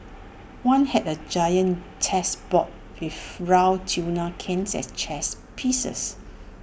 one had A giant chess board with round tuna cans as chess pieces